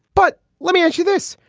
but let me ask you this.